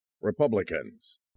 Republicans